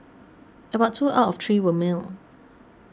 about two out of three were male